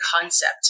concept